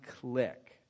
click